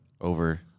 over